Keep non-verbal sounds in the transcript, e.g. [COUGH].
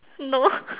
no [LAUGHS]